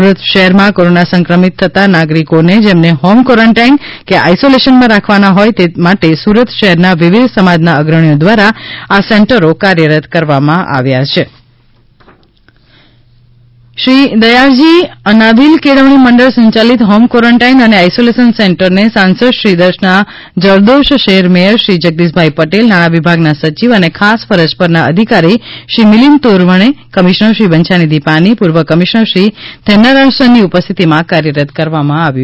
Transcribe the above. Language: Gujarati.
સુરત શહેરમાં કોરોના સંક્રમિત થતા નાગરિકોને જેમને હોમ કોરોન્ટાઇન કે આઇસોલેશનમાં રાખવાના હોય તે માટે સૂરત શહેરના વિવિધ સમાજના અગ્રણીઓ દ્વારા આવા સેન્ટરો કાર્યરત કરવામાં આવ્યા છે શ્રી દયાળજી અનાવિલ કેળવણી મંડળ સંયાલિત હોમ કવોરોન્ટાઇન અને આઇસોલેશન સેન્ટરને સાંસદ શ્રી દર્શના જરદોષ શહેર મેયર શ્રી જગદીશભાઈ પટેલ નાણાં વિભાગના સચિવ અને ખાસ ફરજ પરના અધિકારી શ્રી મિલિંદ તોરવણે કમિશનર શ્રી બંછા નિધિ પાની પૂર્વ કમિશનર શ્રી થેંન્નારાશન ની ઉપસ્થિતિમાં કાર્યરત કરવામાં આવ્યું